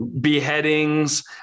beheadings